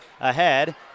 ahead